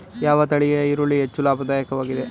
ಯಾವ ತಳಿಯ ಈರುಳ್ಳಿ ಹೆಚ್ಚು ಲಾಭದಾಯಕವಾಗಿದೆ?